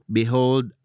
behold